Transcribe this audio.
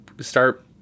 start